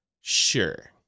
Sure